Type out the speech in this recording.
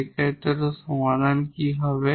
সেক্ষেত্রে সমাধান কি হবে